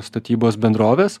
statybos bendroves